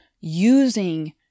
using